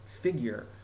figure